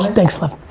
thanks love.